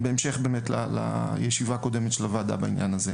בהמשך לישיבה הקודמת של הוועדה בעניין הזה.